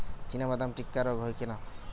চিনাবাদাম টিক্কা রোগ হয় কেন?